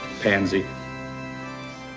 pansy